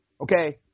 Okay